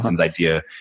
idea